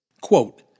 quote